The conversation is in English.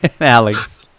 Alex